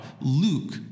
Luke